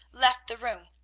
left the room,